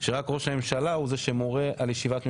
שרק ראש הממשלה הוא זה שמורה על ישיבת ממשלה.